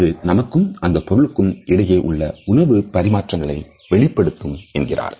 அது நமக்கும் அந்தப் பொருளுக்கும் இடையே உள்ள உணர்வு பரிமாற்றங்களை வெளிப்படுத்தும் என்கிறார்